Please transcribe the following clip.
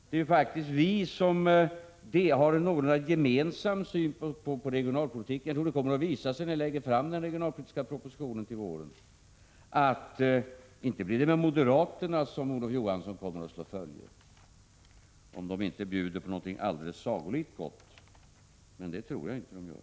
Det är faktiskt centern och vi som har någorlunda gemensam syn på regionalpolitiken. När vi lägger fram den regionalpolitiska propositionen till våren tror jag att det kommer att visa sig att det inte blir med moderaterna som Olof Johansson slår följe, om de inte bjuder på något alldeles sagolikt gott, vilket jag inte tror att de gör.